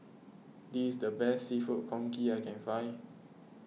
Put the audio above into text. this is the best Seafood Congee I can find